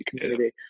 community